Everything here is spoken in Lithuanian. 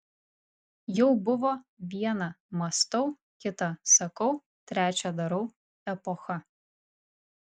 jau buvo viena mąstau kita sakau trečia darau epocha